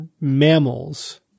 mammals –